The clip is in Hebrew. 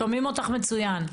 שומעים אותך מצוין.